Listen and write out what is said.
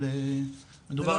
אבל מדובר על מספר רב.